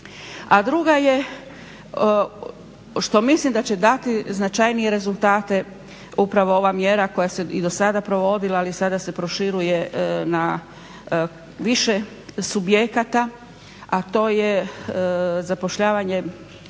A druga je što mislim da će dati značajnije rezultate upravo ova mjera koja se i do sada provodila ali sada se proširuje na više subjekata, a to je zapošljavanje